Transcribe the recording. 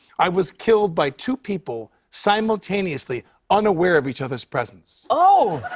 i was killed by two people simultaneously unaware of each other's presence. oh!